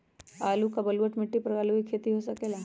का बलूअट मिट्टी पर आलू के खेती हो सकेला?